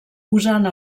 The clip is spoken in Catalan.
usant